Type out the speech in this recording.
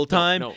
time